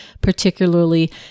particularly